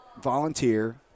volunteer